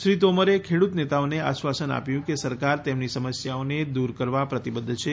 શ્રી તોમરે ખેડૂત નેતાઓને આશ્વસન આપ્યું કે સરકાર તેમની સમસ્યાઓને દૂર કરવા પ્રતિબધ્ધ છે